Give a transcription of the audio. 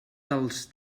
dels